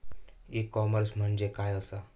E commerce म्हणजे काय असा?